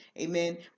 amen